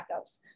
backups